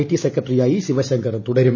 T സെക്രട്ടറിയായി ശിവശങ്കർ തുടരും